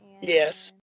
Yes